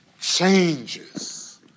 changes